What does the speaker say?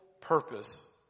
purpose